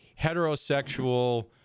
heterosexual